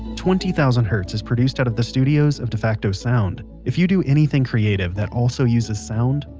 twenty thousand hertz is produced out of the studios of defacto sound. if you do anything creative that also uses sound,